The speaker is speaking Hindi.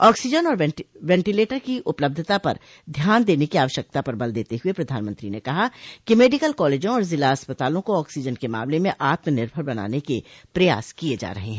ऑक्सीजन और वेंटीलेटर की उपलब्धता पर ध्यान देने की आवश्यकता पर बल देते हुए प्रधानमंत्री ने कहा कि मेडिकल कॉलेजों और जिला अस्पतालों को ऑक्सीजन के मामले में आत्मनिर्भर बनाने के प्रयास किए जा रहे हैं